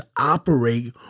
operate